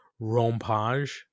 Rompage